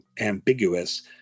ambiguous